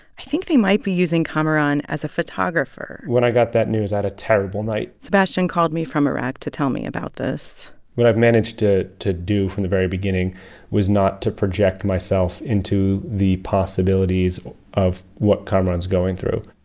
i think they might be using kamaran as a photographer when i got that news, i had a terrible night sebastian called me from iraq to tell me about this what i've managed to to do from the very beginning was not to project myself into the possibilities of what kamaran's going through.